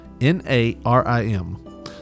n-a-r-i-m